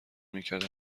میکرد